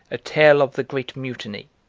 a tale of the great mutiny.